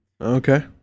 Okay